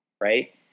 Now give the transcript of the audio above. Right